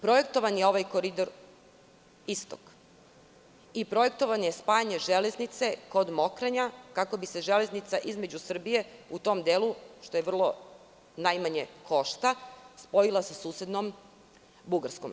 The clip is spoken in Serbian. Projektovan je ovaj Koridor Istok i projektovano je spajanje železnice kod Mokranja, kako bi se železnica Srbije u tom delu, što najmanje košta, spojila sa susednom Bugarskom.